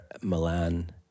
Milan